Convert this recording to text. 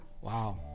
Wow